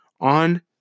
on